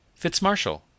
Fitzmarshall